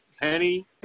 Penny